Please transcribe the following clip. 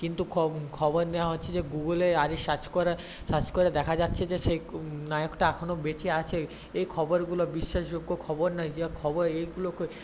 কিন্তু খবর নেওয়া হচ্ছে যে গুগলে সার্চ করে সার্চ করে দেখা যাচ্ছে যে সে নায়কটা এখনও বেঁচে আছে এই খবরগুলো বিশ্বাসযোগ্য খবর নয় যে খবর এইগুলোকে